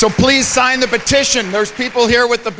so please sign the petition there's people here with the